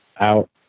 out